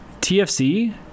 TFC